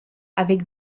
avec